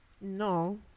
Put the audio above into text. No